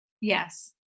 Yes